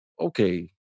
okay